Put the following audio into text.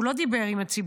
הוא לא דיבר עם הציבור.